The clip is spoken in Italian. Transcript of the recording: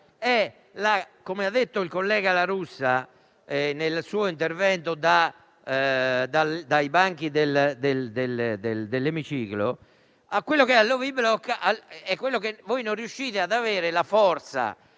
come ha detto il collega La Russa nel suo intervento dai banchi dell'emiciclo - è che non riuscite ad avere la forza